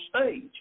stage